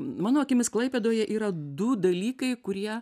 mano akimis klaipėdoje yra du dalykai kurie